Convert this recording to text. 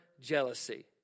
jealousy